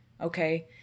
okay